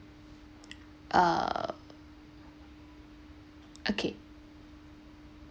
uh okay